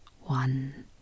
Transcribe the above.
One